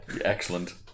excellent